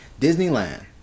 Disneyland